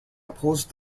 opposed